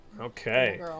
Okay